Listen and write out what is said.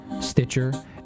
Stitcher